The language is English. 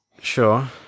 Sure